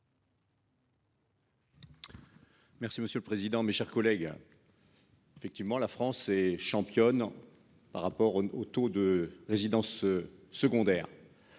Merci monsieur le président, mes chers collègues. Effectivement, la France est championne. Par rapport au taux de résidences secondaires.